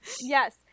Yes